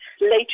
later